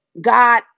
God